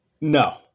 No